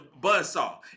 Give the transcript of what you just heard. buzzsaw